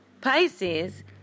pisces